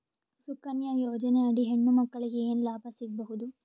ಸುಕನ್ಯಾ ಯೋಜನೆ ಅಡಿ ಹೆಣ್ಣು ಮಕ್ಕಳಿಗೆ ಏನ ಲಾಭ ಸಿಗಬಹುದು?